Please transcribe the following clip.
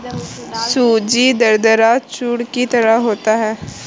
सूजी दरदरा चूर्ण की तरह होता है